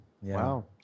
Wow